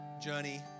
journey